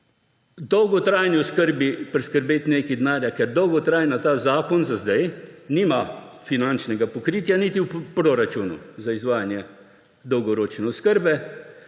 Dolgotrajni oskrbi je treba priskrbeti nekaj denarja, ker ta zakon za zdaj nima finančnega pokritja niti v proračunu za izvajanje dolgoročne oskrbe.